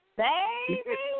baby